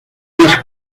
más